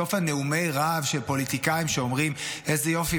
בסוף נאומי הרהב של פוליטיקאים שאומרים: איזה יופי,